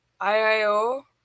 IIO